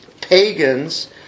pagans